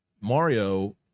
mario